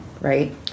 right